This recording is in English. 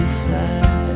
fly